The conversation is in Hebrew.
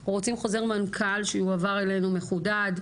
אנחנו רוצים חוזר מנכ"ל שיועבר אלינו מחודד,